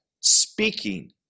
speaking